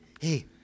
Hey